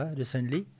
recently